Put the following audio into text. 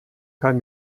kein